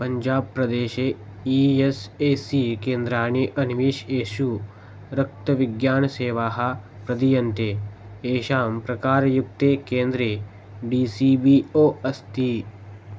पञ्जाब् प्रदेशे E S A C केन्द्राणि अन्विष येषु रक्तविज्ञानसेवाः प्रदीयन्ते येषां प्रकारयुक्ते केन्द्रे डी सी बी ओ अस्ति